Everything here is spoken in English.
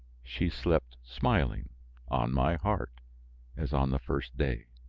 she slept smiling on my heart as on the first day.